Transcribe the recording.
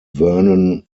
vernon